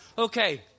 Okay